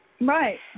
Right